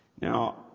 Now